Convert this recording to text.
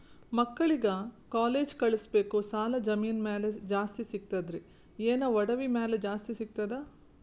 ಮಕ್ಕಳಿಗ ಕಾಲೇಜ್ ಕಳಸಬೇಕು, ಸಾಲ ಜಮೀನ ಮ್ಯಾಲ ಜಾಸ್ತಿ ಸಿಗ್ತದ್ರಿ, ಏನ ಒಡವಿ ಮ್ಯಾಲ ಜಾಸ್ತಿ ಸಿಗತದ?